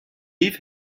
leave